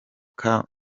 kamena